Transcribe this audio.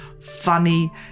funny